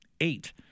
eight